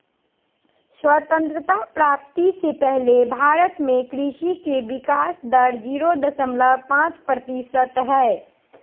स्वतंत्रता प्राप्ति से पहले भारत में कृषि के विकाश दर जीरो दशमलव पांच प्रतिशत हई